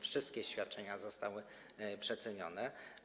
Wszystkie świadczenia zostały przecenione.